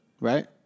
right